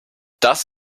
das